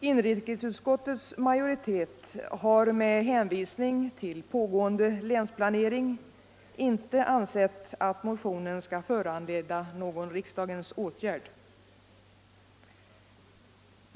Inrikesutskottets majoritet har med hänvisning till pågående länsplanering inte ansett att motionen skall föranleda någon riksdagens åtgärd.